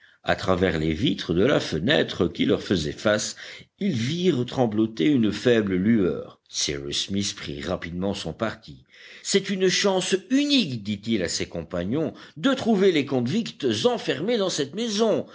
à travers les vitres de la fenêtre qui leur faisait face ils virent trembloter une faible lueur cyrus smith prit rapidement son parti c'est une chance unique dit-il à ses compagnons de trouver les convicts enfermés dans cette maison